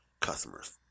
customers